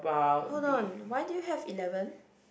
hold on why do you have eleven